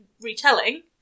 retelling